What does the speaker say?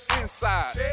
inside